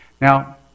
Now